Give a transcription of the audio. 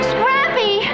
Scrappy